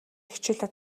хичээлээ